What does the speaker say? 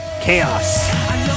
Chaos